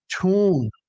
tune